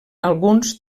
alguns